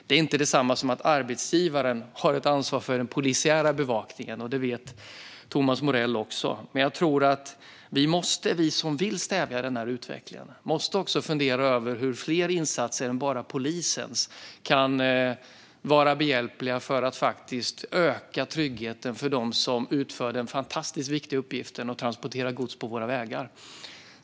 Det är inte detsamma som att arbetsgivaren har ett ansvar för den polisiära bevakningen, och det vet Thomas Morell också. Jag tror att vi som vill stävja denna utveckling också måste fundera över hur fler insatser än bara polisens kan vara till hjälp för att öka tryggheten för dem som utför den fantastiskt viktiga uppgiften att transportera gods på våra vägar.